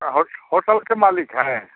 हाँ हो होटल के मालिक हैं